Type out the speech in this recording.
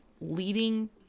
leading